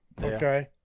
okay